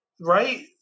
Right